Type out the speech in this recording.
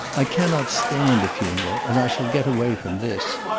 i cannot stand a funeral, and i shall get away from this.